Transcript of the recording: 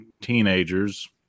teenagers